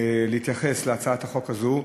להתייחס להצעת החוק הזו,